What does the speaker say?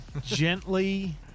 gently